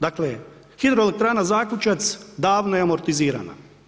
Dakle, Hidroelektrana Zakučac, davno je amortizirana.